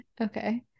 Okay